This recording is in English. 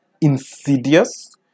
insidious